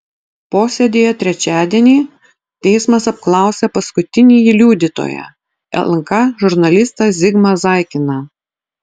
posėdyje trečiadienį teismas apklausė paskutinįjį liudytoją lnk žurnalistą zigmą zaikiną